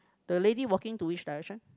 the lady walking to which direction